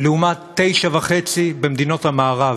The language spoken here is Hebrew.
ל-1,000 איש, לעומת 9.5 במדינות המערב.